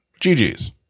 GG's